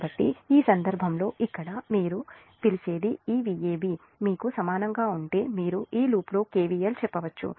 కాబట్టి ఈ సందర్భంలో ఇక్కడ మీరు ఈ సందర్భంలో మీరు పిలిచేది ఈVab మీకు సమానంగా ఉంటే మీరు ఈ లూప్లో KVL కెవిఎల్ చెప్పవచ్చు